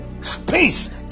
space